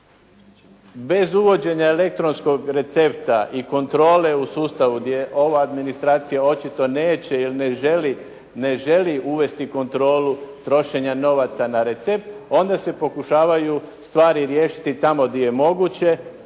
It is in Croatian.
Bez uvođenja elektronskog recepta i kontrole u sustavu gdje ova administracija očito neće jer ne želi uvesti kontrolu trošenja novaca na recept, onda se pokušavaju stvari riješiti tamo gdje je moguće